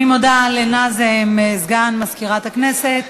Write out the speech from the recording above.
אני מודה לנאזם, סגן מזכירת הכנסת.